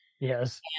Yes